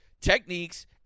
techniques